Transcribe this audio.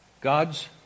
God's